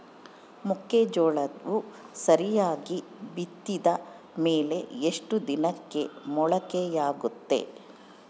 ಮೆಕ್ಕೆಜೋಳವು ಸರಿಯಾಗಿ ಬಿತ್ತಿದ ಮೇಲೆ ಎಷ್ಟು ದಿನಕ್ಕೆ ಮೊಳಕೆಯಾಗುತ್ತೆ?